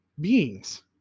beings